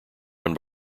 run